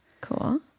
Cool